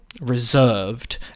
reserved